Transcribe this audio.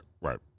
right